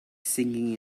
singing